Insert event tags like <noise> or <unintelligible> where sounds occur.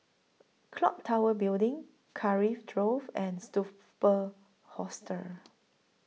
Clock Tower Building <unintelligible> Drove and <unintelligible> Hostel